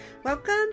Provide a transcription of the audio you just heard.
Welcome